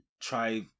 try